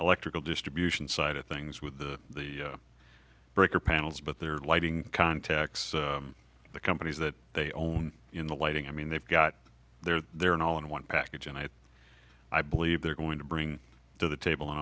electrical distribution side of things with the breaker panels but their lighting contacts the companies that they own in the lighting i mean they've got their they're an all in one package and i i believe they're going to bring to the